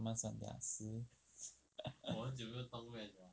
慢慢算十